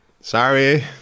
Sorry